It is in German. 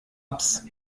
ups